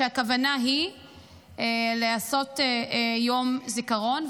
שהכוונה היא לעשות יום זיכרון.